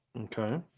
okay